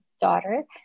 daughter